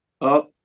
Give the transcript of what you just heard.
up